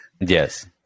Yes